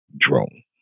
drone